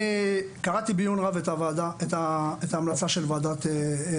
אני קראתי בעיון רב את ההמלצה של ועדת מור-יוסף.